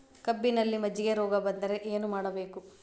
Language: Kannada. ಕಬ್ಬಿನಲ್ಲಿ ಮಜ್ಜಿಗೆ ರೋಗ ಬಂದರೆ ಏನು ಮಾಡಬೇಕು?